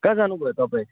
कहाँ जानु भयो तपाईँ